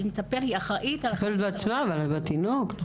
היא אחראית --- היא מטפלת בעצמה, וגם בתינוק.